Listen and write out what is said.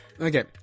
Okay